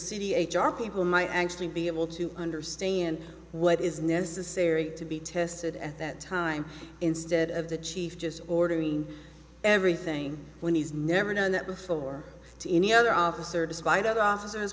city h r people might actually be able to understand what is necessary to be tested at that time instead of the chief just ordering everything when he's never done that before to any other officer despite other officers